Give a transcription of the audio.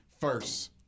first